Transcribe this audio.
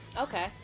Okay